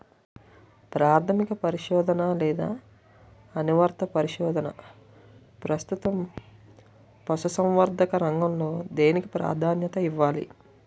ప్రాథమిక పరిశోధన లేదా అనువర్తిత పరిశోధన? ప్రస్తుతం పశుసంవర్ధక రంగంలో దేనికి ప్రాధాన్యత ఇవ్వాలి?